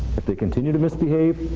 if they continue to misbehave,